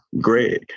Greg